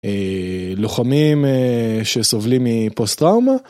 לוחמים שסובלים מפוסט טראומה.